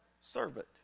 Servant